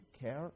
care